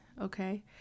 okay